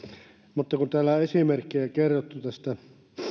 mutta kun täällä on esimerkkejä kerrottu tästä